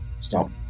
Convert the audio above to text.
Stop